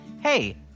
Hey